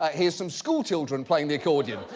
ah here's some schoolchildren playing the accordion.